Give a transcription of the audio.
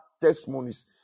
testimonies